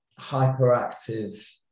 hyperactive